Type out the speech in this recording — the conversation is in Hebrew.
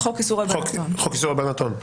בחוק איסור הלבנת הון.